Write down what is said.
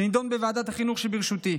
שנדון בוועדת החינוך שבראשותי.